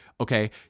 Okay